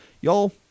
Y'all